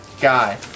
guy